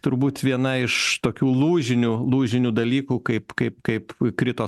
turbūt viena iš tokių lūžinių lūžinių dalykų kaip kaip kaip krito